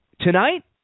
Tonight